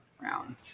round